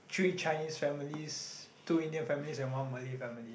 three Chinese families two Indian families and one Malay family